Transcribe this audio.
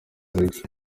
bagirizwa